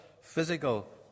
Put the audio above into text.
physical